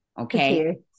Okay